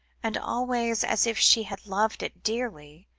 and always as if she had loved it dearly,